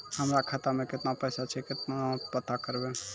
हमरा खाता मे केतना पैसा छै, केना पता करबै?